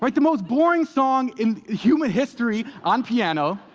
like the most boring song in human history, on piano,